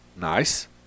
Nice